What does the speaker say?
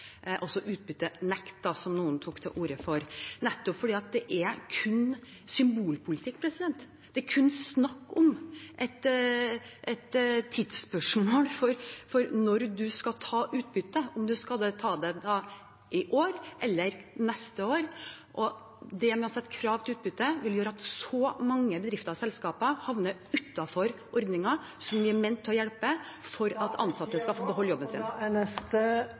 som noen tok til orde for, nettopp fordi det kun er symbolpolitikk. Det er kun snakk om et tidsspørsmål når man skal ta utbytte, om man skal ta det i år eller neste år, og det å sette krav til utbytte vil gjøre at så mange bedrifter og selskaper havner utenfor ordninger som er ment å hjelpe … Tida er ute. Replikkordskiftet er dermed omme. Fremskrittspartiet legger fram et ambisiøst budsjett for